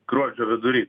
gruodžio vidury